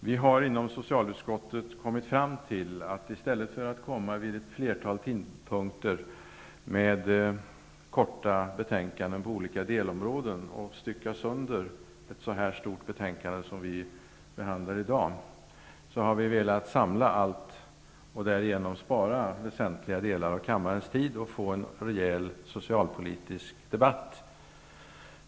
Vi har inom socialutskottet kommit fram till att i stället för att komma till kammaren vid ett flertal tidpunkter med korta betänkanden på olika delområden och på detta sätt stycka sönder ett så här stort betänkande som vi behandlar i dag, har vi velat samla allt och därigenom spara väsentliga delar av kammarens tid och få en rejäl socialpolitisk debatt.